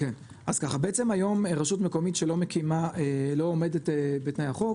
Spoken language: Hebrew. אז ככה רשות מקומית היום שלא עומדת בתנאי החוק,